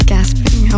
Gasping